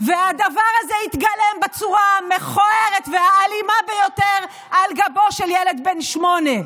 והדבר הזה התגלם בצורה המכוערת והאלימה ביותר על גבו של ילד בן שמונה.